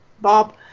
Bob